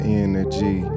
energy